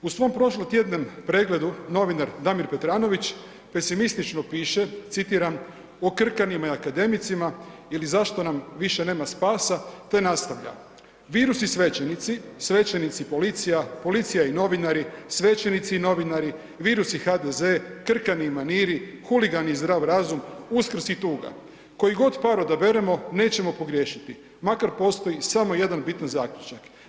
U svom prošlotjednom pregledu novinar Damir Petranović pesimistično piše citiram o krkanima i akademicima ili zašto nam više nema spasa, te nastavlja, virus i svećenici, svećenici i policija, policija i novinari, svećenici i novinari, virus i HDZ, krkani i maniri, huligani i zdrav razum, Uskrs i tuga, koji god par odaberemo nećemo pogriješiti makar postoji samo jedan bitan zaključak.